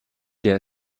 der